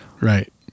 right